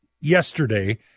yesterday